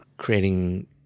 creating